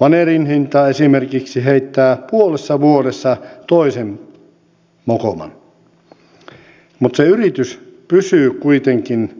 vanerin hinta esimerkiksi heittää puolessa vuodessa toisen mokoman mutta se yritys pysyy kuitenkin